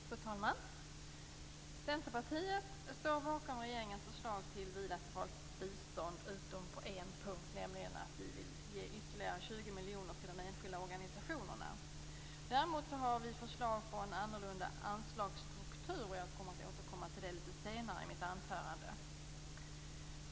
Fru talman! Centerpartiet står bakom regeringens förslag till bilateralt bistånd - utom på en punkt. Vi vill nämligen ge ytterligare 20 miljoner till de enskilda organisationerna. Däremot har vi förslag på en annorlunda anslagsstruktur. Jag kommer att återkomma till det litet senare i mitt anförande.